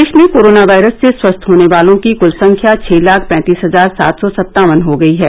देश में corona virus से स्वस्थ होने वालों की कुल संख्या छह लाख पैंतीस हजार सात सौ सत्तावन हो गई है